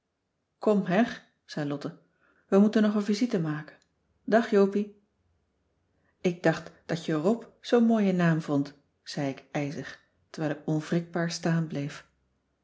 kom her zei lotte we moeten nog een visite maken dag jopie ik dacht dat je rob zoo'n mooie naam vond zei ik ijzig terwijl ik onwrikbaar staan bleef